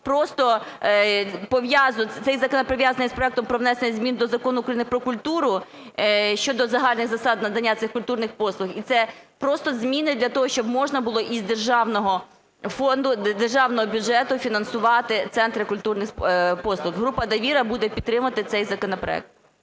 цей законопроект пов'язаний з проектом про внесення змін до Закону України "Про культуру" щодо загальних засад надання цих культурних послуг, і це просто зміни для того, щоб можна було із державного фонду, державного бюджету фінансувати центри культурних послуг. Група "Довіра" буде підтримувати цей законопроект.